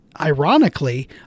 ironically